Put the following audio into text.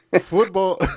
football